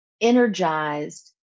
energized